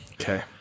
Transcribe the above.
Okay